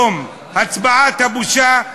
היום, הצבעת הבושה,